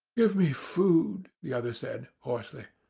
give me food, the other said, hoarsely.